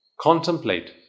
contemplate